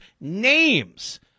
names